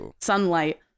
sunlight